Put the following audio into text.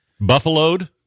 Buffaloed